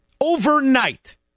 Overnight